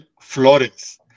Flores